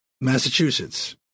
Massachusetts